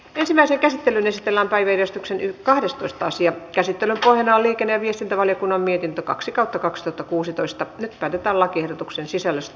ensimmäiseen käsittelyyn esitellään päiväjärjestyksenhin kahdestoista sija käsitellä toimiva liikenneviestintävaliokunnan mietintö kaksituhattakaksi to kuusitoista ja kävipä lakiehdotuksen sisällöstä